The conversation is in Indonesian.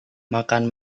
makan